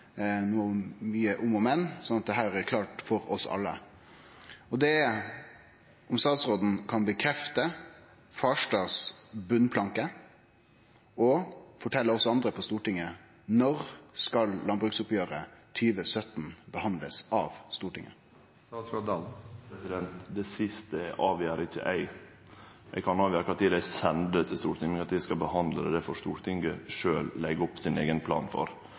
om og men, så dette vil vere klart for oss alle. Og det er om statsråden kan bekrefte Farstads botnplanke og fortelje oss andre på Stortinget: Når skal landbruksoppgjeret 2017 behandlast av Stortinget? Det siste avgjer ikkje eg. Eg kan avgjere kva tid dei sender det til Stortinget, men kva tid dei skal behandle det, får Stortinget leggje opp sin eigen plan for.